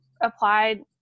applied